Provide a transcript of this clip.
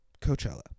Coachella